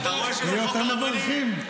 יהיו יותר מברכים.